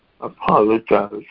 Apologize